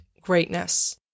greatness